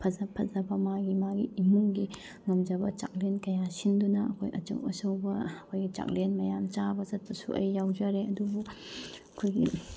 ꯐꯖ ꯐꯖꯕ ꯃꯥꯒꯤ ꯃꯥꯒꯤ ꯏꯃꯨꯡꯒꯤ ꯉꯝꯖꯕ ꯆꯥꯛꯂꯦꯟ ꯀꯌꯥ ꯁꯤꯟꯗꯨꯅ ꯑꯩꯈꯣꯏ ꯑꯆꯧ ꯑꯆꯧꯕ ꯑꯩꯈꯣꯏꯒꯤ ꯆꯥꯛꯂꯦꯟ ꯃꯌꯥꯝ ꯆꯥꯕ ꯆꯠꯄꯁꯨ ꯑꯩ ꯌꯥꯎꯖꯔꯦ ꯑꯗꯨꯕꯨ ꯑꯩꯈꯣꯏꯒꯤ